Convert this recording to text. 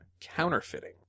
counterfeiting